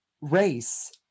race